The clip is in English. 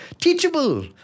teachable